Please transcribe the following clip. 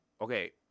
okay